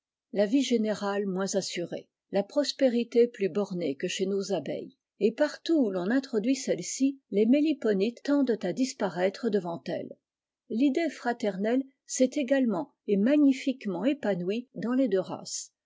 la vie des abeilles générale moins assurée la prospérité plus bornée que chez no abeilles et partout où ron introduit celles-ci les méliponites tendent à disparaître devant elles l'idée fraternelle s'est également et magnifiquement épanouie dans les deux races